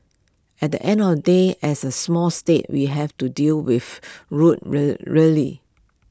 at the end or day as A small state we have to deal with rude really